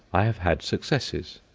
i have had successes,